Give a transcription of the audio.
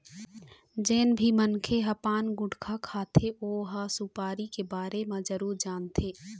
जेन भी मनखे ह पान, गुटका खाथे ओ ह सुपारी के बारे म जरूर जानथे